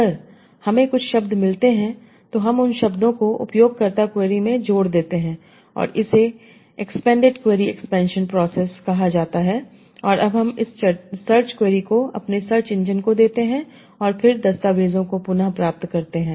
अगर हमें कुछ शब्द मिलते हैं तो हम उन शब्दों को उपयोगकर्ता क्वेरी में जोड़ देते हैं और इसे एक्सपेंडेड क्वेरी एक्सपेंशन प्रोसेस कहा जाता है और अब हम इस सर्च क्वेरी को अपने सर्च इंजन को देते हैं और फिर दस्तावेज़ों को पुनः प्राप्त करते हैं